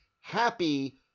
happy